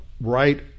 right